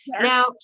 now